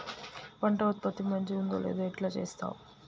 పంట ఉత్పత్తి మంచిగుందో లేదో ఎట్లా చెప్తవ్?